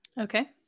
okay